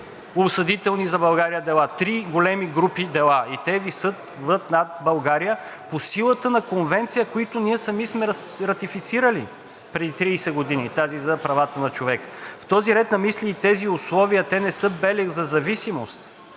70 осъдителни за България дела. Три големи групи дела! Те висят над България по силата на конвенции, които ние сами сме ратифицирали преди 30 години – тази за правата на човека. В този ред на мисли, тези условия не са белег за зависимост,